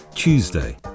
Tuesday